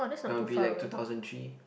that will be like two thousand three